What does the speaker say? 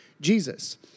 Jesus